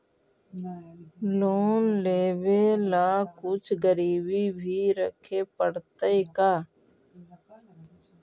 Loan लेबे ल कुछ गिरबी भी रखे पड़तै का?